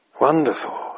Wonderful